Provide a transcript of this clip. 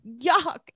Yuck